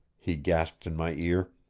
he gasped in my ear.